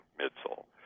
midsole